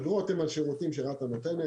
האגרות הן על שירותים שרת"א נותנת.